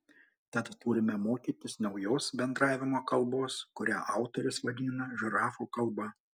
tad turime mokytis naujos bendravimo kalbos kurią autorius vadina žirafų kalba